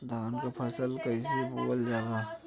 धान क फसल कईसे बोवल जाला?